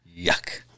Yuck